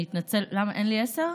אין לי עשר?